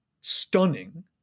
stunning